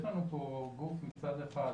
יש לנו פה גוף מצד אחד,